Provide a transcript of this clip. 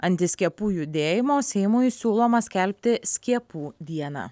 antiskiepų judėjimo seimui siūloma skelbti skiepų dieną